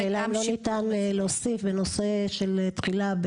השאלה אם לא ניתן להוסיף בנושא של תחילה,